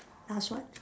ask what